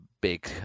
big